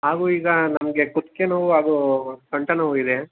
ಹಾಗೂ ಈಗ ನಮಗೆ ಕುತ್ತಿಗೆ ನೋವು ಹಾಗೂ ಸೊಂಟ ನೋವು ಇದೆ